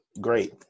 great